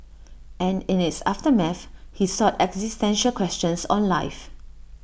and in its aftermath he sought existential questions on life